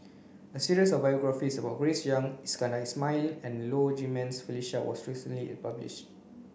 a series of biographies about Grace Young Iskandar Ismail and Low Jimenez Felicia was recently published